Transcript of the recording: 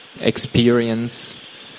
experience